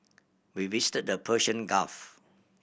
we visited the Persian Gulf